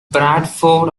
bradford